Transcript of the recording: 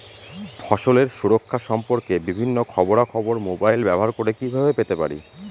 ফসলের সুরক্ষা সম্পর্কে বিভিন্ন খবরা খবর মোবাইল ব্যবহার করে কিভাবে পেতে পারি?